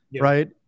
right